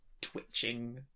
twitching